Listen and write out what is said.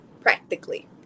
practically